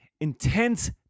intense